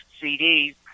cds